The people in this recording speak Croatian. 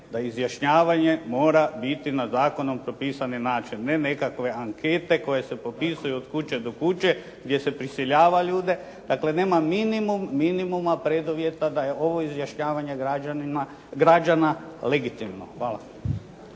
da izjašnjavanje mora biti na zakonom propisani način a ne nekakove ankete koje se popisuju od kuće do kuće gdje se prisiljava ljude. Dakle, nema minimum minimuma preduvjeta da je ovo izjašnjavanje građana legitimno. Hvala.